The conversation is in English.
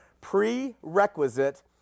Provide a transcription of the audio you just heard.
prerequisite